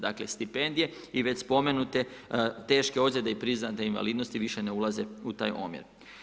Dakle, stipendije i već spomenute teške ozlijede i priznate invalidnosti više ne ulaze u taj promjer.